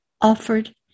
Offered